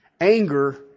anger